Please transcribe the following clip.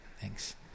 Thanks